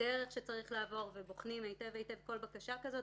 בדרך שצריך לעבור ובוחנים היטב כל בקשה כזאת.